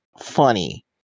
funny